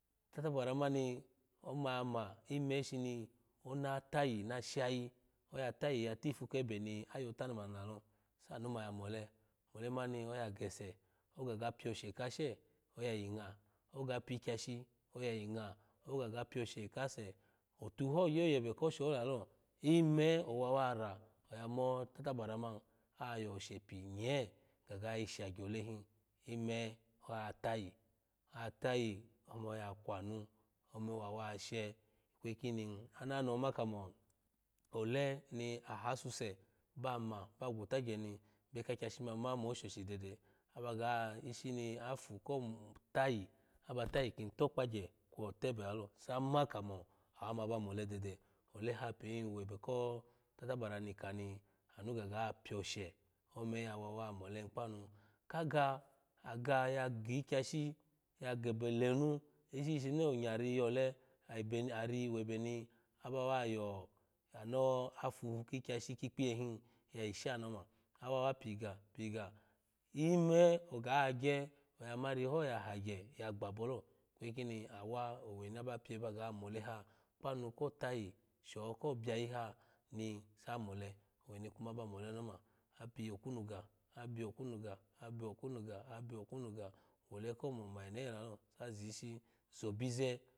Tatabara mani omama ime shini ona tayi na shayi oya tayi yatifu kebe ni ayo tanu man lalo sanu ma yamole olu mani oya gese ga ga pio oshe kashe oya yi nga oga pyi ikyashi oya yi nga oga ga pio she kase otuho gyo yebe ko she ho lalo ime owa wa ra oya kwanu ome owawa she ikweyi kini ananoho ma kamo ole ni aha suse bama ba gutagye ni ebe kakyashi ma mo shoshi dede aba ga ishin afu mm tayi abaga a tayi kin tokpagye kwo tebe lalo sama kamo awa ma ba mole dede oleha pin webe koo tatabara nikani anu gaga pioshe ome yawa wa mole hin kpanu kaga aga ya gikyashi ya gebe lenu ishi shishimi pnyari yole ebe ari webe ni aba wa yo ano afu kikyashi kikpiye hin yayi shanioma awa wa pyi ga pyi ga ime oga gye oya mari hoya hagye ya gbabolo ikweyi kini awa oweni aba pye maga mole ha kpanu ko tayi sho ko byayi ha ni sa mole oweni kuma aba mone ani oma abi okunuga abi okunu ga abi okunu ga abi okunu ga wole komoma enoye lalo sazishi so bize.